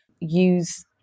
use